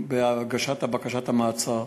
הגשת בקשת המעצר,